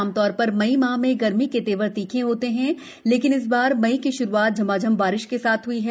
आमतौर र मई माह में गर्मी के तेवर तीखे होते है लेकिन इस बार मई की श्रूआत झमाझम बारिश के साथ हई है